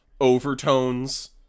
overtones